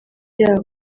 yabo